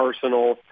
personal